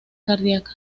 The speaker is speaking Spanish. cardíaca